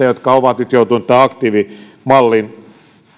jotka ovat nyt joutuneet tämän aktiivimallin